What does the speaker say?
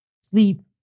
sleep